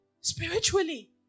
spiritually